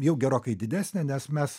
jau gerokai didesnė nes mes